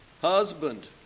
Husband